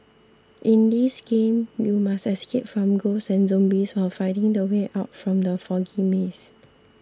in this game you must escape from ghosts and zombies while finding the way out from the foggy maze